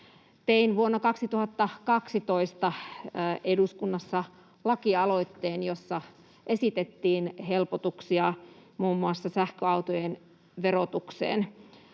Tein vuonna 2012 eduskunnassa lakialoitteen, jossa esitettiin helpotuksia muun muassa sähköautojen verotukseen.